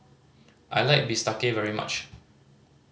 I like bistake very much